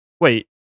wait